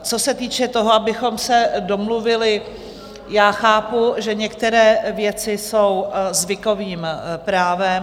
Co se týče toho, abychom se domluvili, já chápu, že některé věci jsou zvykovým právem.